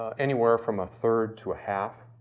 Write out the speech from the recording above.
ah anywhere from a third to a half.